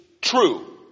true